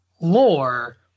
lore